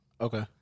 Okay